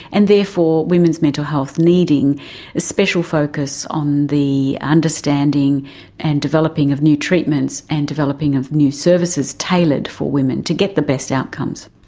and therefore women's mental health needing special focus on the understanding and developing of new treatments and developing of new services tailored for women to get the best outcomes.